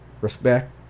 Respect